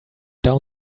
down